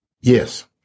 Yes